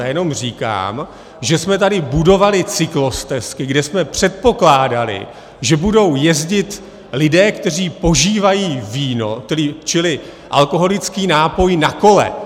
Já jenom říkám, že jsme tady budovali cyklostezky, kde jsme předpokládali, že budou jezdit lidé, kteří požívají víno, čili alkoholický nápoj, na kole.